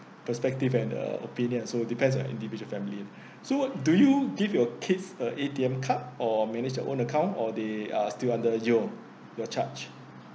perspective and uh opinion so depends on individual family so do you give your kids a A_T_M card or manage their own account or they are still under your charge